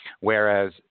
Whereas